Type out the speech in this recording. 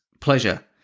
pleasure